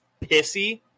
pissy